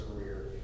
career